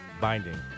Binding